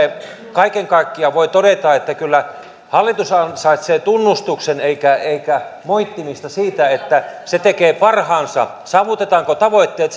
kaiken kaikkiaan voi todeta että kyllä hallitus ansaitsee tunnustuksen eikä moittimista siitä että se tekee parhaansa saavutetaanko tavoitteet